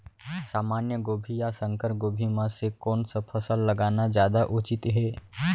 सामान्य गोभी या संकर गोभी म से कोन स फसल लगाना जादा उचित हे?